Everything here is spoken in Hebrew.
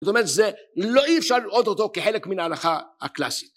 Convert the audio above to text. זאת אומרת זה... אי אפשר לראות אותו כחלק מן ההלכה הקלאסית